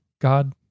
God